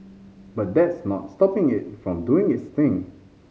but that's not stopping it from doing its thing